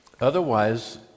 otherwise